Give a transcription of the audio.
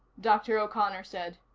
dr. o'connor said.